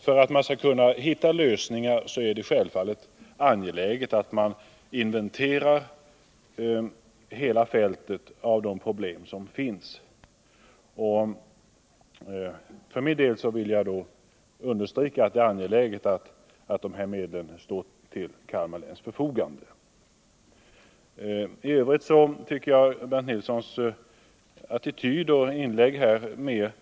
För att hitta lösningar är det självfallet angeläget att inventera hela fältet av problem. För min del vill jag understryka att det är angeläget att de här medlen står till Kalmar läns förfogande. Jag tycker att Bernt Nilssons attityd och inlägg här